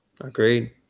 Agreed